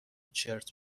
چرت